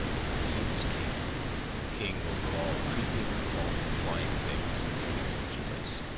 for he was king king over all creeping, crawling, flying things of judge miller's place,